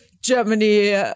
Germany